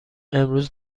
امروز